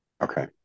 Okay